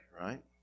right